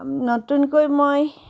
নতুনকৈ মই